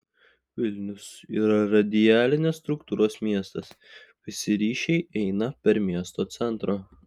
vilnius yra radialinės struktūros miestas visi ryšiai eina per miesto centrą